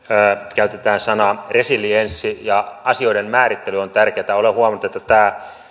käytetään sanaa resilienssi asioiden määrittely on tärkeää ja olen huomannut että tämä